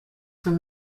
from